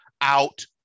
out